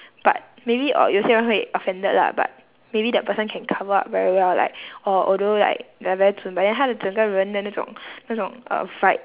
but maybe uh 有些人会 offended lah but maybe that person can cover up very well like oh although like they're very 准 but then 他的整个人的那种那种 uh vibe